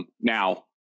Now